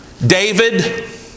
David